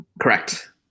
Correct